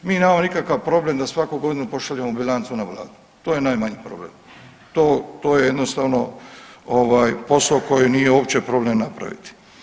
Mi nemamo nikakav problem da svaku godinu pošaljemo bilancu na vladu, to je najmanji problem, to, to jednostavno ovaj posao koji nije uopće problem napraviti.